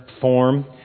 form